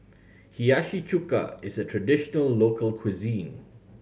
Hiyashi Chuka is a traditional local cuisine